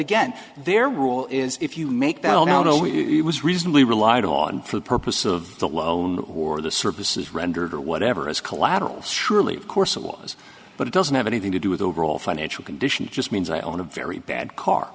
again there will is if you make that all now know it was reasonably relied on for the purpose of the loan or the services rendered or whatever as collateral surely of course it was but it doesn't have anything to do with overall financial condition just means i own a very bad car